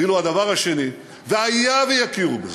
הדבר השני, והיה ויכירו בזה,